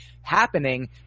happening